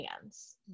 hands